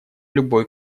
любой